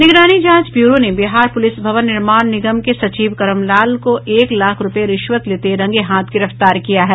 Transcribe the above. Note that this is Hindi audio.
निगरानी जांच ब्यूरो ने बिहार पुलिस भवन निर्माण निगम के सचिव करमलाल को एक लाख रुपये रिश्वत लेते रंगे हाथ गिरफ्तार किया है